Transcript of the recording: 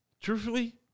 Truthfully